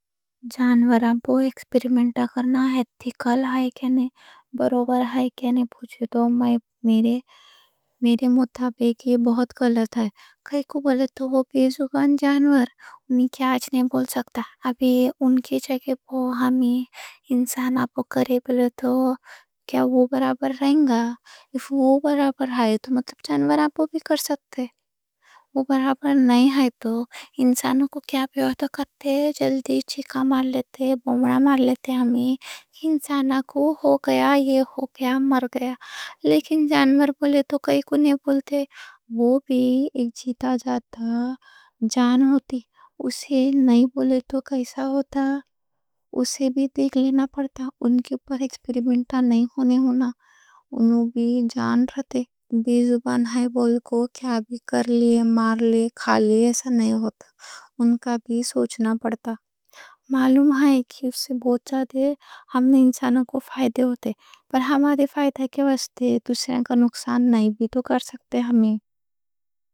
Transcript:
جانوراں پو ایکسپریمنٹ کرنا ہے؟ ٹھیک ہے کیا نئیں؟ برابر ہے کیا نئیں؟ پوچھے تو میرے مطابق یہ بہوت غلط ہے۔ کائیں کوں بولے تو وہ بے زبان جانور، انھیں کیا آج نئیں بول سکتا۔ اب ان کے جگہ ہم انساناں پو کرے بولے تو کیا وہ برابر رہینگا؟ اگر وہ برابر آئے تو مطلب جانوراں پو بھی کرسکتے۔ وہ برابر نئیں آئے تو انسانوں کو کیا بھی آتا کرتے؟ جلدی چھکا مار لیتے، بمڑا مار لیتے۔ ہمنا انسانا کو ہو گیا، یہ ہو گیا، مر گیا۔ لیکن جانور بولے تو کائیں کوں نئیں بولتے۔ وہ بھی ایک جیتا جاتا جان ہوتی۔ اسے نئیں بولے تو کیسا ہوتا، اسے بھی دیکھ لینا پڑتا۔ ان کے پو ایکسپریمنٹ نئیں ہونے ہونا۔ انہوں بھی جان رہتے، بھی زبان ہے۔ بولے کو کیا بھی کر لیے، مار لیے، کھا لیے، ایسا نئیں ہوتا۔ ان کا بھی سوچنا پڑتا۔ معلوم ہے کہ اس سے بہوت جاتے ہم نے انسانوں کو فائدے ہوتے، پر ہمارے فائدہ کے واسطے دوسرے کا نقصان نئیں بھی تو کرسکتے ہمنا۔